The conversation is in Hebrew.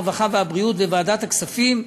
הרווחה והבריאות וועדת הכספים,